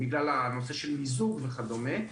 בגלל נושא המיזוג וכדומה.